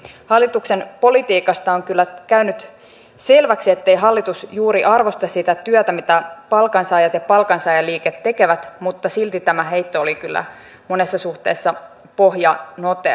hallituksen politiikasta on kyllä käynyt selväksi ettei hallitus juuri arvosta sitä työtä mitä palkansaajat ja palkansaajaliike tekevät mutta silti tämä heitto oli kyllä monessa suhteessa pohjanoteeraus